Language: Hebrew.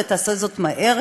ותעשה זאת מהר,